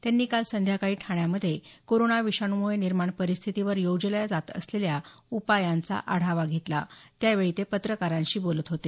त्यांनी काल संध्याकाळी ठाण्यामधे कोरोना विषाणूमुळे निर्माण परिस्थितीवर योजल्या जात असलेल्या उपायांचा आढावा घेतला त्यावेळी ते पत्रकारांशी बोलत होते